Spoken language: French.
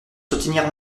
soutenir